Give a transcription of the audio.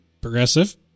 progressive